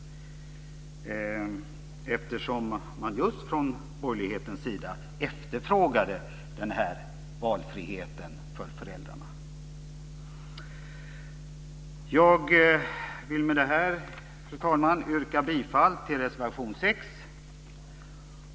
Från de borgerliga partierna efterfrågade man just denna valfrihet för föräldrarna. Fru talman! Jag vill med detta yrka bifall till reservation nr 6.